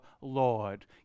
Lord